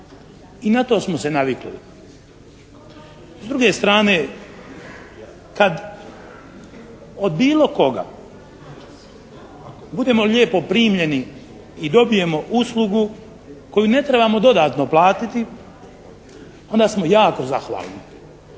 I na to smo se navikli. S druge strane kad od bilo koga budemo lijepo primljeni i dobijemo uslugu koju ne trebamo dodatno platiti onda smo jako zahvalni